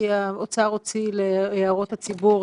כי האוצר הוציא לציבור,